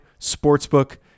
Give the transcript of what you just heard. sportsbook